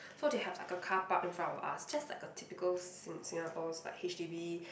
so they have like a car-park in front of us just like typical Sing~ Singapore's like H_D_B